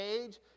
age